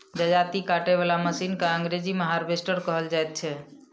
जजाती काटय बला मशीन के अंग्रेजी मे हार्वेस्टर कहल जाइत छै